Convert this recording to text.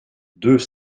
deux